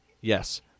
Yes